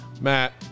Matt